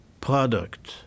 product